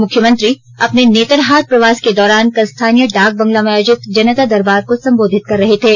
मुख्यमंत्री अपने नेतरहाट प्रवास के दौरान कल स्थानीय डाक बंगला में आयोजित जनता दरबार को संबोधित कर रहे थे